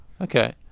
Okay